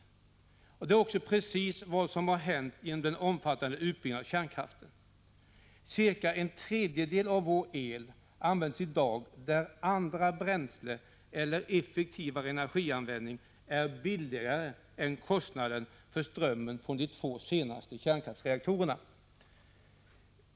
Det är också precis vad som har hänt genom den omfattande utbyggnaden av kärnkraften. Cirka en tredjedel av vår el används i dag där andra bränslen eller effektivare energianvändning är billigare än kostnaden för strömmen från de två senaste kärnkraftsreaktorerna.